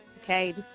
Okay